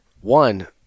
One